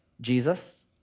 Jesus